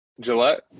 Gillette